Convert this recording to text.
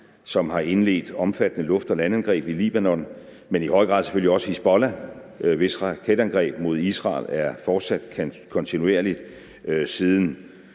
som har indledt omfattende luft- og landangreb i Libanon, men i høj grad selvfølgelig også Hizbollah, hvis raketangreb mod Israel er fortsat kontinuerligt siden